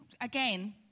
Again